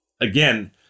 Again